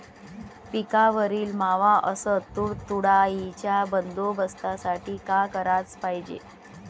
पिकावरील मावा अस तुडतुड्याइच्या बंदोबस्तासाठी का कराच पायजे?